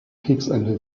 kriegsende